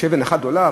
יש אבן אחת גדולה,